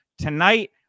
Tonight